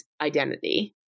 identity